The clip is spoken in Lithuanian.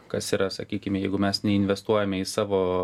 kas yra sakykime jeigu mes neinvestuojame į savo